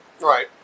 Right